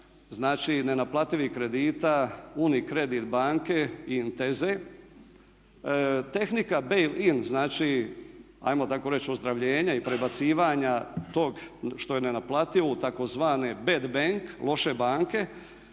znači nenaplativih kredita UniCredit banke i Intese. Tehnika Bail-in znači ajmo tako reći ozdravljenje i prebacivanje tog što je nenaplativo u tzv. bed bank loše banke